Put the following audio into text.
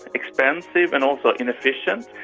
expensive and also inefficient.